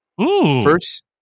First